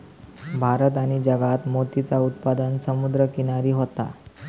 भारत आणि जगात मोतीचा उत्पादन समुद्र किनारी होता